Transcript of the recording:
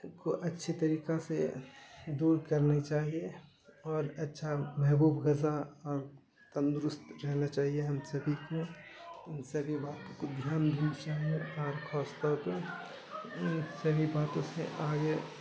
کو اچھی طریقہ سے دور کرنی چاہیے اور اچھا محبوب غذا اور تندرست رہنا چاہیے ہم سبھی کو ان سبھی باتوں کو دھیان دینی چاہیے اور خاص طور پہ ان سبھی باتوں سے آگے